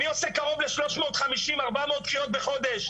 אני עושה קרוב ל- 350-400 קריאות בחודש.